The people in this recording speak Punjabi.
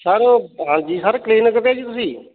ਸਰ ਹਾਂਜੀ ਸਰ ਕਲੀਨਿਕ 'ਤੇ ਜੀ ਤੁਸੀਂ